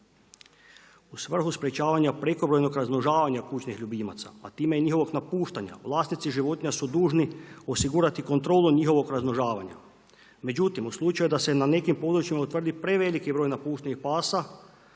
U svrhu sprečavanja prekomjernog razmnožavanja kućnih ljubimaca a time i njihovog napuštanja, vlasnici životinja su dužni osigurati kontrolu njihovog razmnožavanja. Međutim, u slučaju da se na nekim područjima utvrdi preveliki broj napuštenih pasa,